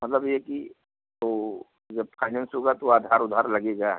मतलब ये कि तो जब फाइनैंस होगा तो आधार ओधार लगेगा